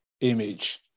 image